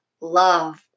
love